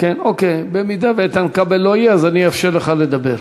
אם איתן כבל לא יהיה אז אני אאפשר לך לדבר.